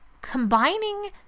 combining